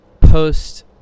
post